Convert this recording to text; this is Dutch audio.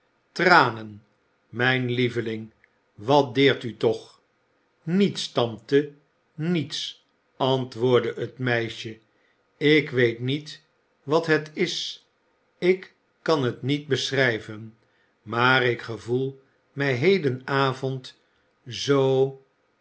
tranen mijn lieveling wat deert u toch niets tante niets antwoordde het meisje ik weet niet wat het is ik kan het niet beschrijven maar ik gevoel mij heden